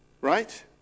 right